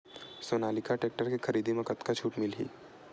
Sonalika tractor के खरीदी मा कतका छूट मीलही?